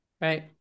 Right